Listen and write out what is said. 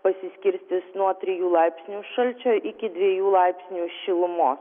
pasiskirstys nuo trijų laipsnių šalčio iki dviejų laipsnių šilumos